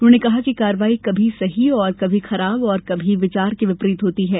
उन्होंने कहा कि कार्रवाई कभी सही और कभी खराब तथा कभी विचार के विपरीत होती है